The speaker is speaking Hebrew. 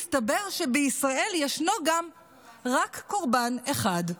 מסתבר שבישראל ישנו גם רק קורבן אחד: